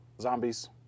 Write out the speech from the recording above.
zombies